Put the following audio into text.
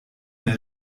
mehr